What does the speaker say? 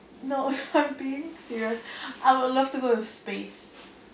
no I'm being serious I would love to go to space